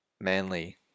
Manly